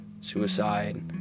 suicide